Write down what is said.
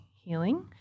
healing